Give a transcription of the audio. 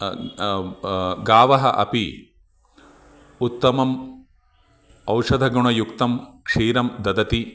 गावः अपि उत्तमम् औषधगुणयुक्तं क्षीरं ददति